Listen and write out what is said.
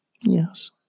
yes